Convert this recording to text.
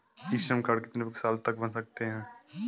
ई Shram card कितने साल तक बन सकता है?